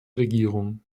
regierung